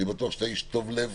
אני בטוח שאתה איש טוב לב